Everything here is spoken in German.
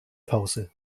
pause